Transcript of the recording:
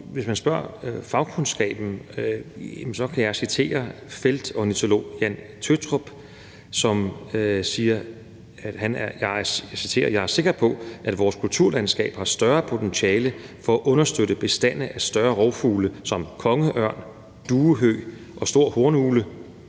Hvis man spørger fagkundskaben, så kan jeg citere feltornitolog Jan Tøttrup, som siger: Jeg er sikker på, at vores kulturlandskab har større potentiale for at understøtte bestande af større rovfugle som kongeørn, duehøg og stor hornugle